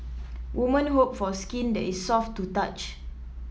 woman hope for skin that is soft to touch